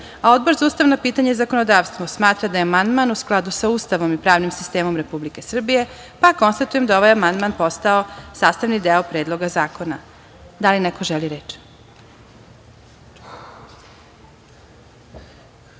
za ustavna pitanja i zakonodavstvo smatra da je amandman u skladu sa Ustavom i pravnim sistemom Republike Srbije. Konstatujem da je ovaj amandman postao sastavni deo Predloga zakona. Da li neko želi reč? Reč